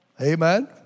Amen